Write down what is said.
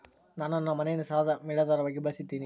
ನಾನು ನನ್ನ ಮನೆಯನ್ನ ಸಾಲದ ಮೇಲಾಧಾರವಾಗಿ ಬಳಸಿದ್ದಿನಿ